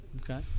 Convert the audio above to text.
Okay